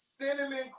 cinnamon